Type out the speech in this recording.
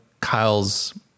Kyle's